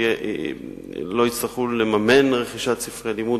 שלא יצטרכו לממן רכישת ספרי לימוד,